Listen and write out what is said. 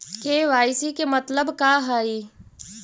KYC के मतलब का हई?